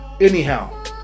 anyhow